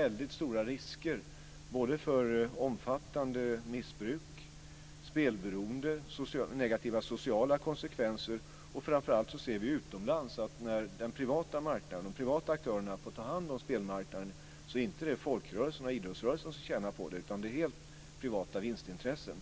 väldigt stora risker för omfattande missbruk, spelberoende och negativa sociala konsekvenser. Framför allt ser vi utomlands att när de privata aktörerna får ta hand om spelmarknaden är det inte folkrörelserna och idrottsrörelsen som tjänar på det, utan det är helt privata vinstintressen.